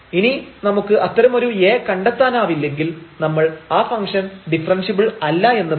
ഇനി നമുക്ക് അത്തരമൊരു A കണ്ടെത്താനാവില്ലെങ്കിൽ നമ്മൾ ആ ഫംഗ്്ഷൻ ഡിഫറെൻഷ്യബിൾ അല്ല എന്ന് പറയും